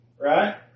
Right